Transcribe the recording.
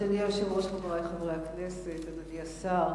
אדוני היושב-ראש, חברי חברי הכנסת, אדוני השר,